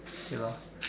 ya lor